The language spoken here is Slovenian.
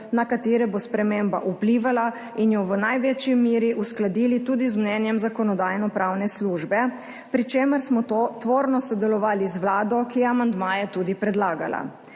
na katere bo sprememba vplivala, in jo v največji meri uskladili tudi z mnenjem Zakonodajno-pravne službe, pri čemer smo tvorno sodelovali z Vlado, ki je amandmaje tudi predlagala.